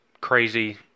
crazy